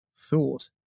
Thought